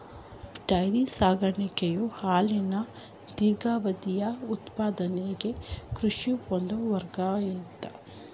dairy ಸಾಕಾಣಿಕೆಯು ಹಾಲಿನ ದೀರ್ಘಾವಧಿಯ ಉತ್ಪಾದನೆಗೆ ಕೃಷಿಯ ಒಂದು ವರ್ಗವಾಗಯ್ತೆ